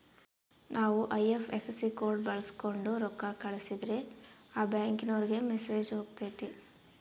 ನಾವು IFSC code ಬಳಕ್ಸೋಂಡು ರೊಕ್ಕ ಕಳಸಿದ್ರೆ ಆ ಬ್ಯಾಂಕಿನೋರಿಗೆ ಮೆಸೇಜ್ ಹೊತತೆ